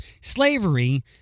Slavery